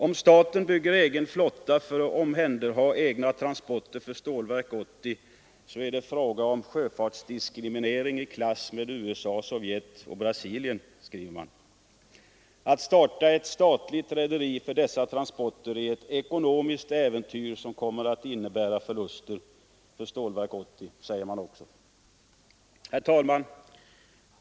”Om staten bygger egen flotta för att omhänderta egna transporter för Stålverk 80 är det fråga om sjöfartsdiskriminering i klass med USA, Sovjet och Brasilien” skriver man vidare. ”Att starta ett statligt rederi för dessa transporter är ett ekonomiskt äventyr som kommer att innebära förluster för Stålverk 80”, säger man också. Herr talman!